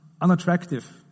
unattractive